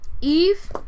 Eve